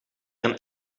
een